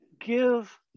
give